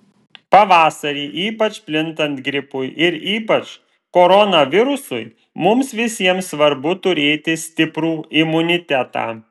pavasarį ypač plintant gripui ir ypač koronavirusui mums visiems svarbu turėti stiprų imunitetą